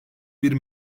bir